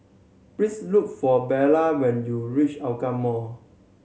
please look for Bella when you reach Hougang Mall